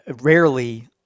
rarely